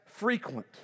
frequent